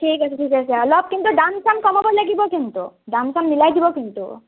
ঠিক আছে ঠিক আছে অলপ কিন্তু দাম চাম কমাব লাগিব কিন্তু দাম চাম মিলাই দিব কিন্তু